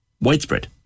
widespread